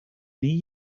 nie